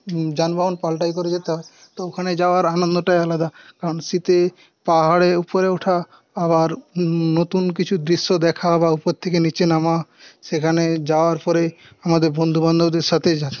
যান বাহন পাল্টাই করে যেতে হয় তো ওখানে যাওয়ার আনন্দটাই আলাদা কারণ শীতে পাহাড়ে উপরে ওঠা আবার নতুন কিছু দৃশ্য দেখা বা উপর থেকে নিচে নামা সেখানে যাওয়ার পরে আমাদের বন্ধু বান্ধবদের সাথে